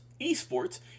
ESports